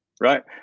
right